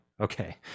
okay